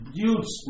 huge